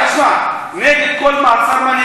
נגד כל מעצר מינהלי,